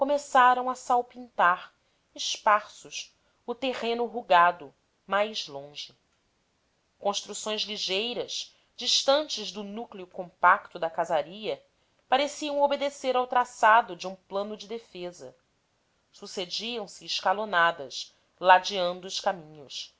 a salpintar esparsos o terreno rugado mais longe construções ligeiras distantes do núcleo compacto da casaria pareciam obedecer ao traçado de um plano de defesa sucediam-se escalonadas ladeando os caminhos